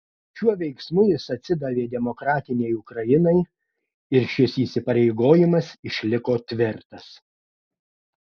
šiuo veiksmu jis atsidavė demokratinei ukrainai ir šis įsipareigojimas išliko tvirtas